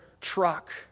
truck